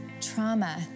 trauma